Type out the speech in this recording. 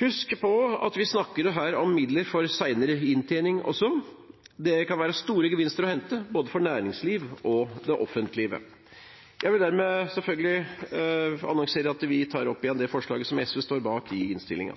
Husk også på at vi her snakker om midler for senere inntjening – det kan være store gevinster å hente, både for næringslivet og for det offentlige. Jeg vil dermed selvfølgelig igjen annonsere at vi anbefaler forslagene bl.a. SV står